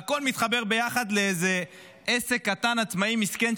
והכול מתחבר ביחד לאיזה עסק קטן עצמאי מסכן,